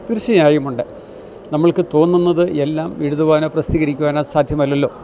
തീർച്ചയായുമുണ്ട് നമുക്ക് തോന്നുന്നതെല്ലാം എഴുതുവാനോ പ്രസിദ്ധീകരിക്കുവാനോ സാധ്യമല്ലല്ലോ